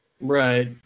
right